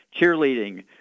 cheerleading